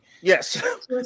Yes